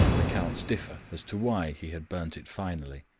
accounts differ as to why he had burned it finally.